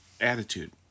attitude